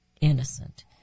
innocent